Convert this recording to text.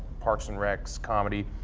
parks and rec's comedy.